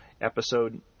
episode